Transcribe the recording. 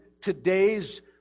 today's